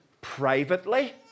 privately